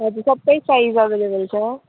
हजुर सबै size available छ